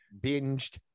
binged